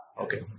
Okay